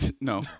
No